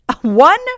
One